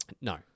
No